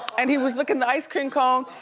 and he was lickin' the ice cream cone,